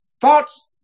thoughts